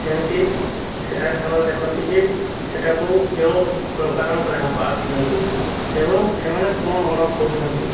ସେମିତି ସେଠାରେ ସେମାନେ ଦେଖନ୍ତି ଯେ ସେଠାକୁ କେଉଁ ପ୍ରକାର ଗ୍ରାହକ ଆସୁଛନ୍ତି ଏବଂ ସେମାନେ କ'ଣ ଅର୍ଡ଼ର କରୁଛନ୍ତି